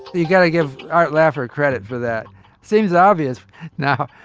you've got to give art laffer credit for that seems obvious now.